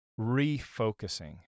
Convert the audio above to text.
refocusing